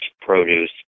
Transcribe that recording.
produce